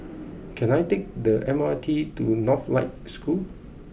can I take the M R T to Northlight School